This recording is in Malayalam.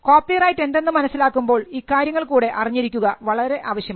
കോപ്പിറൈറ്റ് എന്തെന്ന് മനസ്സിലാക്കുമ്പോൾ ഇക്കാര്യങ്ങൾ കൂടെ അറിഞ്ഞിരിക്കുക വളരെ ആവശ്യമാണ്